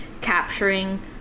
capturing